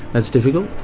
that's difficult.